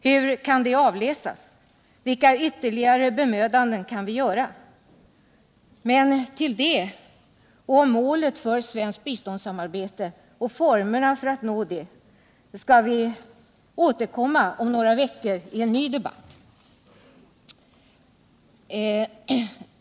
Hur kan detta avläsas? Vilka ytterligare bemödanden kan vi göra? Till detta, till målet för svenskt biståndsarbete och till metoderna för att nå detta mål skall vi återkomma om några veckor i en ny debatt.